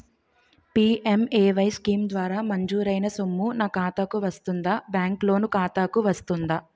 PMAY scheme ద్వారా మంజూరైన సొమ్ము నా ఖాతా కు వస్తుందాబ్యాంకు లోన్ ఖాతాకు వస్తుందా?